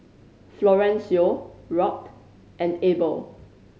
Florencio Robt and Abel